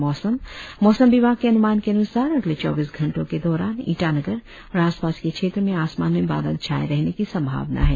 और अब मौसम मौसम विभाग के अनुमान के अनुसार अगले चौबीस घंटो के दौरान ईटानगर और आसपास के क्षेत्रो में आसमान में बादल छाये रहने की संभावना है